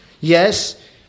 yes